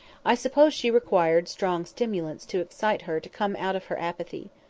i suppose she required strong stimulants to excite her to come out of her apathy.